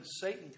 Satan